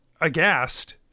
aghast